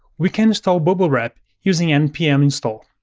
we can install bubblewrap using npm install.